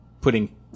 putting